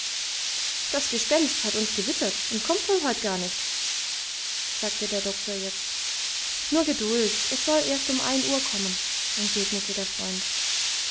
das gespenst hat uns gewittert und kommt wohl heut gar nicht sagte der doktor jetzt nur geduld es soll erst um ein uhr kommen entgegnete der freund